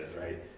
right